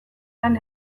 lan